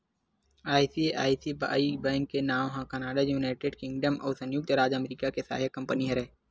ICICI bank के नांव ह कनाड़ा, युनाइटेड किंगडम अउ संयुक्त राज अमरिका के सहायक कंपनी हरय